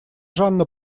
жанна